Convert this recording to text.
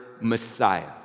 Messiah